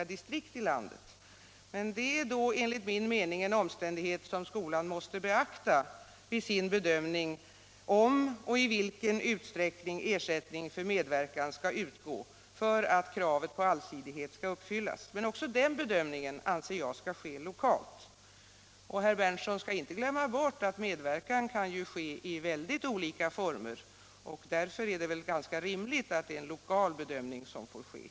Men detta är enligt min mening 191 Om de politiska ungdomsförbundens medverkan i skolans samhällsinformation en omständighet som skolan måste beakta vid sin bedömning om och i vilken utsträckning ersättning för medverkan skall utgå för att kravet på allsidighet skall uppfyllas. Men också den bedömningen anser jag skall ske lokalt. Herr Berndtson skall inte glömma bort att medverkan kan ske i många olika former. Därför är det rimligt att en lokal bedömning sker.